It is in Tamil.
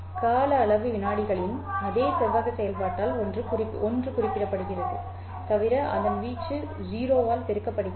கால அளவு வினாடிகளின் அதே செவ்வக செயல்பாட்டால் ஒன்று குறிப்பிடப்படுகிறது தவிர அதன் வீச்சு 0 ஆல் பெருக்கப்படுகிறது